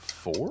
Four